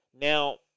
Now